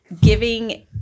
giving